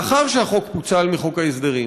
לאחר שהחוק פוצל מחוק ההסדרים,